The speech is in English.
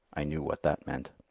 i knew what that meant.